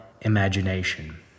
imagination